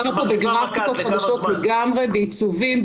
מדובר פה בגרפיקות חדשות לגמרי, בעיצובים,